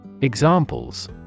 Examples